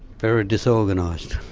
very disorganised